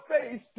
face